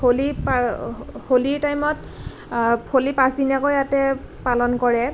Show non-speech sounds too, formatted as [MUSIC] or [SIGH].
হলিৰ [UNINTELLIGIBLE] হলিৰ টাইমত হলি পাঁচদিনীয়াকৈ ইয়াতে পালন কৰে